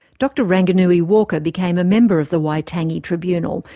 dr ranganui walker became a member of the waitangi tribunal,